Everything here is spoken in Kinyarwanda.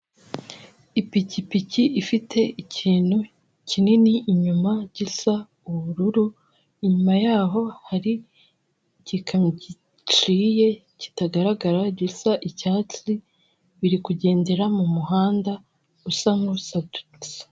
Ipikipiki ifite ikintu kinini inyuma gisa ubururu inyuma yaho hari igikamyo giciye kitagaragara gisa icyatsi, biri kugendera mumuhanda usa n'ucukutse.